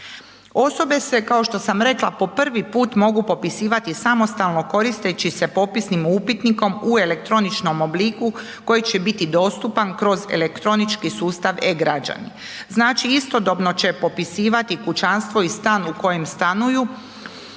Osobe se kao što sam rekla po prvi puta mogu popisivati samostalno koristeći se popisnim upitnikom u elektroničnom obliku koji će biti dostupan kroz elektronički sustav e-građani. Znači istodobno će popisivati kućanstvo i stan u kojem stanuju